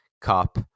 Cup